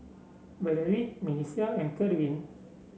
Valery Milissa and Kerwin